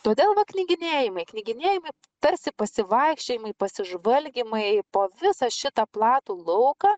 todėl va knyginėjimai knyginėjimai tarsi pasivaikščiojimai pasižvalgymai po visą šitą platų lauką